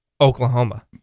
Oklahoma